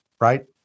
Right